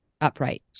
upright